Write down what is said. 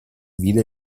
vide